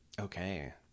okay